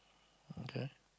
okay